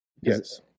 Yes